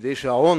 כדי שההון